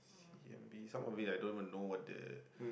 C_M_B some of it I don't even know what the